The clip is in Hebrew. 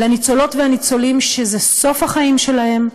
לניצולות ולניצולים, שזה סוף החיים שלהם,